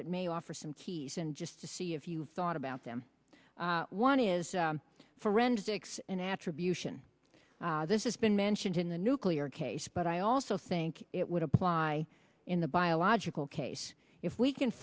that may offer some keys and just to see if you've thought about them one is for rent six an attribution this is been mentioned in the nuclear case but i also think it would apply in the biological case if we can